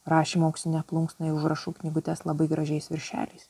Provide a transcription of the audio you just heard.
rašymo auksine plunksna į užrašų knygutes labai gražiais viršeliais